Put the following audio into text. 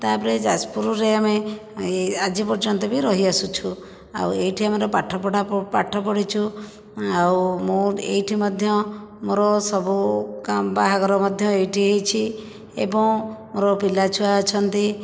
ତା ପରେ ଯାଜପୁରରେ ଆମେ ଆଜି ପର୍ଯ୍ୟନ୍ତ ବି ରହି ଆସୁଛୁ ଆଉ ଏହିଠି ଆମର ପାଠ ପଢ଼ା ପାଠ ପଡ଼ିଛୁ ଆଉ ମୁଁ ଏହିଠି ମଧ୍ୟ ମୋର ସବୁ କା ବାହାଘର ମଧ୍ୟ ଏହିଠି ହୋଇଛି ଏବଂ ମୋର ପିଲା ଛୁଆ ଅଛନ୍ତି